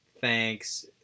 Thanks